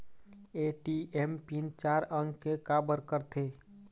ATM PIN चार अंक के का बर करथे?